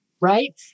right